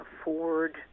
afford